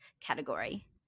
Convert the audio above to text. category